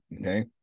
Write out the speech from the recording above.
okay